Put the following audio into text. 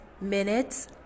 minutes